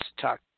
talk